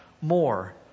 more